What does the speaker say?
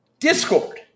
Discord